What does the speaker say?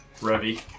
Revy